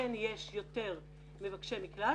בהן יש יותר מבקשי מקלט